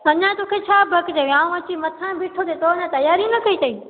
अञा तोखे छा भक अथई विहांउ अची मथां बिठो तई तूं अञा त्यारी न कई अथई